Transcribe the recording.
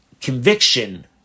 conviction